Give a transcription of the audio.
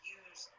use